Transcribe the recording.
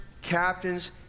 captains